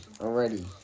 already